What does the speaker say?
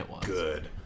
good